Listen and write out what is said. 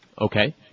Okay